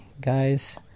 guys